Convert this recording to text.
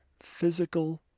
physical